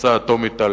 פצצה אטומית,